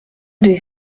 des